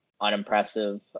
unimpressive